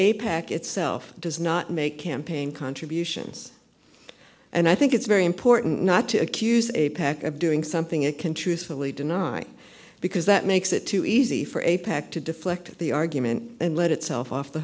a pac itself does not make campaign contributions and i think it's very important not to accuse a pack of doing something it can truthfully deny because that makes it too easy for a pac to deflect the argument and let itself off the